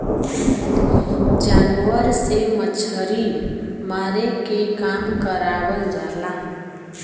जानवर से मछरी मारे के काम करावल जाला